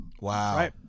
Wow